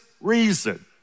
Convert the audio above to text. reason